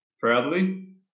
proudly